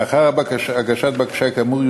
לאחר הגשת בקשה כאמור,